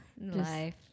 life